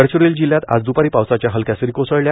गडचिरोली जिल्ह्यात आज द्रपारी पावसाच्या हलक्या सरी कोसळल्या